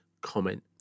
comment